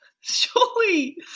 surely